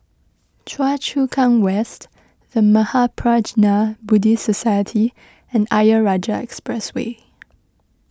Choa Chu Kang West the Mahaprajna Buddhist Society and Ayer Rajah Expressway